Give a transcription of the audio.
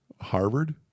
Harvard